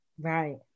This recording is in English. right